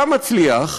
אתה מצליח,